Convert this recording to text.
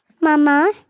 Mama